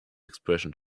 expression